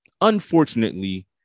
Unfortunately